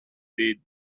deed